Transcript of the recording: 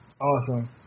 awesome